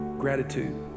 gratitude